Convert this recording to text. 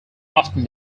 often